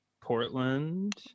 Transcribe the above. Portland